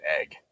egg